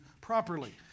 properly